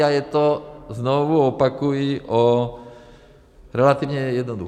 A je to, znovu opakuji, relativně jednoduché.